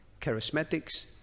Charismatics